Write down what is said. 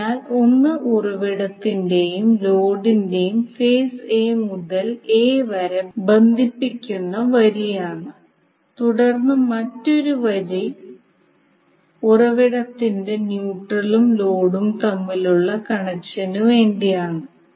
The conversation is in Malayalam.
അതിനാൽ ഒന്ന് ഉറവിടത്തിന്റെയും ലോഡിന്റെയും ഫേസ് എ മുതൽ എ വരെ ബന്ധിപ്പിക്കുന്ന വരിയാണ് തുടർന്ന് മറ്റൊരു വരി ഉറവിടത്തിന്റെ ന്യൂട്രലും ലോഡും തമ്മിലുള്ള കണക്ഷനുവേണ്ടിയാണ്